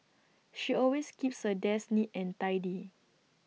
she always keeps her desk neat and tidy